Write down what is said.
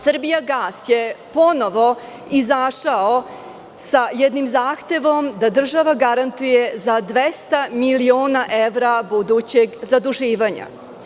Srbijagas“ je ponovo izašao sa jednim zahtevom da država garantuje za 200 miliona evra budućeg zaduživanja.